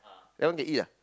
that one can eat ah